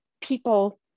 people